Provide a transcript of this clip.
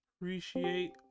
Appreciate